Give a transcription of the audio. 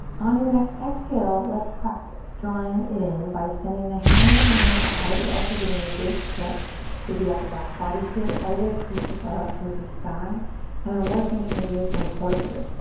on your next exhale, let's practice drawing it in by sending the hands in line with the heart. you're also getting a great stretch through the upper back body here. elbow creases are up towards the sky and i'm working to engage my core here.